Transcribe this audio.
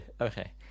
okay